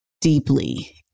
deeply